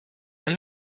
and